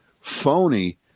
phony